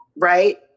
right